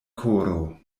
koro